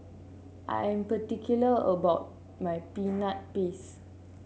'm particular about my Peanut Paste